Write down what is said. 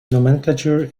nomenclature